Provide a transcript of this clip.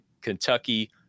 Kentucky